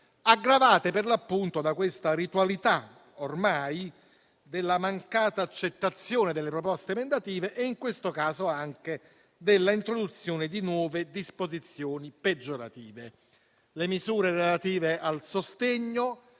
aggravate per l'appunto da questa ormai rituale mancata accettazione delle proposte emendative e in questo caso anche della introduzione di nuove disposizioni peggiorative. Le misure relative al sostegno,